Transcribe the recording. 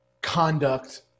conduct